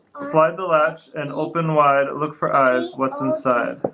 slide the latch and open wide look for eyes. what's inside?